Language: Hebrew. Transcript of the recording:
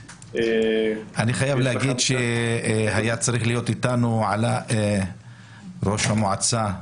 אני חייב להגיד שהיה צריך להיות איתנו ראש המועצה,